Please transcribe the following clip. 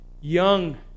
young